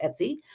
Etsy